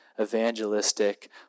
evangelistic